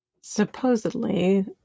Supposedly